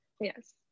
Yes